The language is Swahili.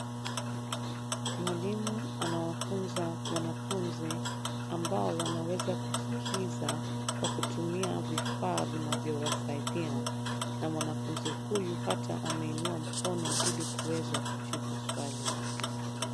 Mwalimu anawafunza wanafunzi ambao wanaweza kuskiza kwa kutumia vifaa vinavyowasaidia, na mwanafunzi huyu hata ameinua mkono ili kuweza kujibu swali.